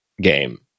game